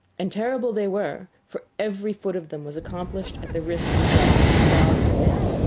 and terrible they were, for every foot of them was accomplished at the risk of life to dog and man.